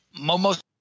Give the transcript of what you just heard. Momo